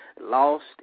lost